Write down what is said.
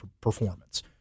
performance